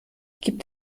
gibt